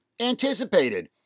anticipated